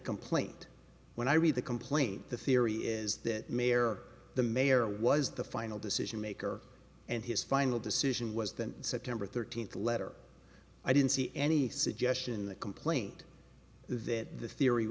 complaint when i read the complaint the theory is that mayor the mayor was the final decision maker and his final decision was that september thirteenth letter i didn't see any suggestion the complaint that the theory